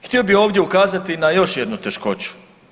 Htio bi ovdje ukazati na još jednu teškoću.